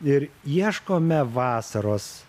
ir ieškome vasaros